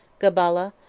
gabala,